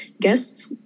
Guests